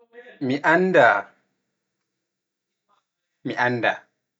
Mi annda